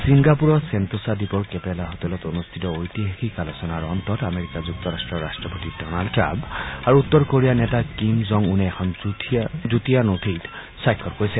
ছিংগাপুৰৰ ছেণ্টছা দ্বীপৰ কেপেলা হোটেলত অনুষ্ঠিত ঐতিহাসিক আলোচনাৰ অন্তত আমেৰিকা যুক্তৰাট্টৰ ৰাট্টপতি ডনাল্ড ট্ৰাম্প আৰু উত্তৰ কোৰিয়াৰ নেতা কিম জং উনে এখন যুটীয়া নথিত স্বাক্ষৰ কৰিছে